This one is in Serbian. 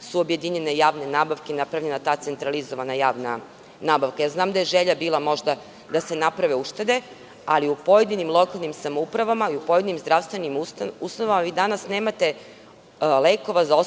su objedinjene javne nabavke i napravljena ta centralizovana javna nabavka. Znam da je bila želja da se naprave uštede, ali u pojedinim lokalnim samoupravama i u pojedinim zdravstvenim ustanovama vi danas nemate lekova za